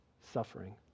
Suffering